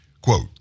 Quote